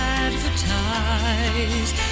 advertise